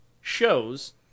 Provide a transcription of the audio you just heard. shows